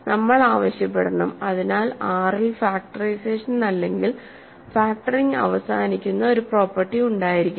നമ്മൾ ആവശ്യപ്പെടണം അതിനാൽ R ൽ ഫാക്ടറൈസേഷൻ അല്ലെങ്കിൽ ഫാക്റ്ററിംഗ് അവസാനിക്കുന്ന ഒരു പ്രോപ്പർട്ടി ഉണ്ടായിരിക്കണം